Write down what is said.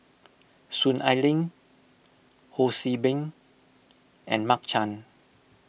Soon Ai Ling Ho See Beng and Mark Chan